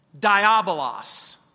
diabolos